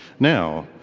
now,